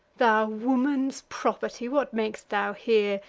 thou woman's property, what mak'st thou here,